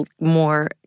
more